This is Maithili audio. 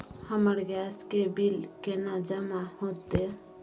हमर गैस के बिल केना जमा होते?